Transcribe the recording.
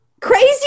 crazy